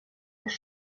ist